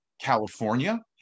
California